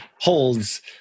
holds